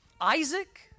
Isaac